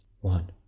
one